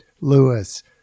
Lewis